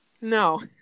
No